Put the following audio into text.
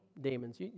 Demons